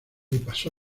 pasó